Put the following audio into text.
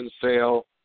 sale